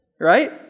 Right